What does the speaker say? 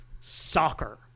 soccer